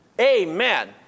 Amen